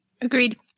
Agreed